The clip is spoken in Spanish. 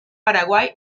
paraguay